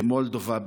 במולדובה,